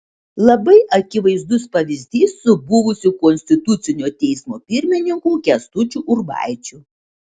labai akivaizdus pavyzdys su buvusiu konstitucinio teismo pirmininku kęstučiu urbaičiu